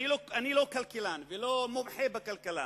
אני לא כלכלן ולא מומחה בכלכלה,